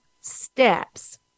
steps